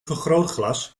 vergrootglas